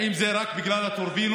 האם זה רק בגלל הטורבינות?